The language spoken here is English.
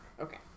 Okay